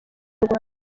rwanda